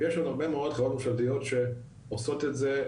ויש עוד הרבה מאוד חברות ממשלתיות שעושות את זה,